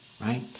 right